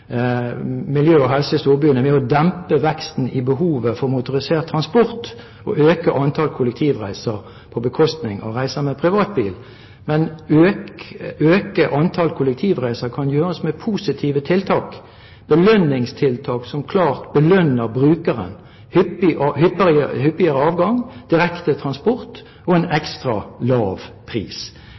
miljø og helse i storbyene ved å dempe veksten i behovet for motorisert transport og øke antall kollektivreiser på bekostning av reiser med privatbil. Men å øke antall kollektivreiser kan gjøres med positive tiltak, belønningstiltak som klart belønner brukeren, hyppigere avganger, direkte transport og en ekstra lav pris.